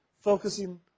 focusing